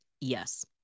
yes